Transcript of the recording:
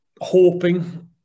hoping